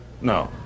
No